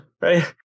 Right